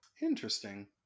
Interesting